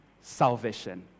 salvation